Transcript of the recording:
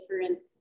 different